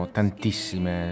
tantissime